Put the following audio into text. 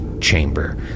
chamber